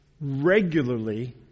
regularly